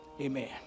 Amen